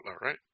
right